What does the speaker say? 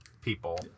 people